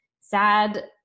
sad